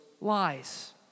lies